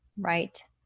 Right